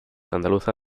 andaluza